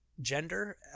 gender